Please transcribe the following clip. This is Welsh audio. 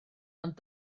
ond